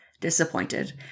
disappointed